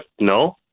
no